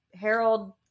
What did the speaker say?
Harold